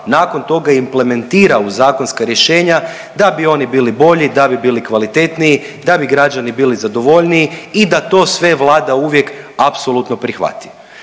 nakon toga implementira u zakonska rješenja da bi oni bili bolji, da bi bili kvalitetniji, da bi građani bili zadovoljniji i da to sve Vlada uvijek apsolutno prihvati.